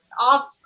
off